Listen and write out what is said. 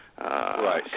Right